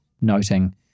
noting